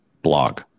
blog